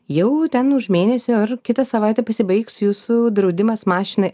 jau ten už mėnesio ar kitą savaitę pasibaigs jūsų draudimas mašinai